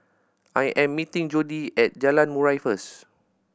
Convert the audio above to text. I am meeting Jodi at Jalan Murai first